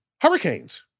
hurricanes